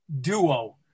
duo